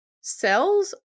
cells